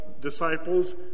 disciples